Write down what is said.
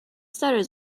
stutters